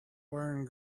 wearing